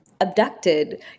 abducted